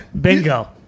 Bingo